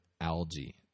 algae